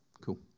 Cool